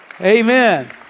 Amen